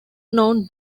known